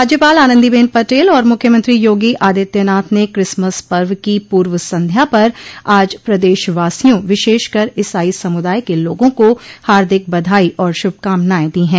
राज्यपाल आनन्दीबेन पटेल और मुख्यमंत्री योगी आदित्यनाथ ने क्रिसमस पर्व की पूर्व संध्या पर आज प्रदेशवासियों विशेषकर ईसाई समुदाय के लोगों को हार्दिक बधाई और शुभकामनाएं दी है